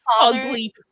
ugly